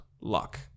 luck